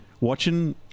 watching